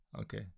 Okay